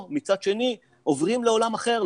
או מצד שני עוברים לעולם אחר,